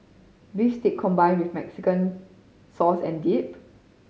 beef steak combined with Mexican sauce and dip